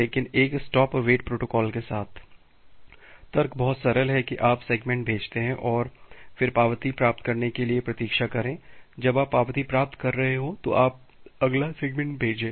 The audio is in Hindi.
लेकिन एक स्टॉप और वेट प्रोटोकॉल के साथ तर्क बहुत सरल है कि आप सेगमेंट भेजते हैं और फिर पावती प्राप्त करने के लिए प्रतीक्षा करें जब आप पावती प्राप्त कर रहे हों तो आप अगला सेगमेंट भेजें